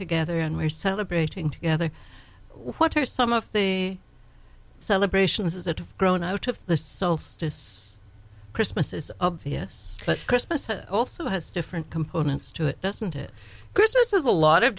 together and we're celebrating together what are some of the celebrations is a grown out of the souls to us christmas is obvious but christmas also has different components to it doesn't it christmas is a lot of